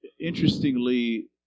interestingly